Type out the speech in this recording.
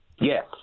Yes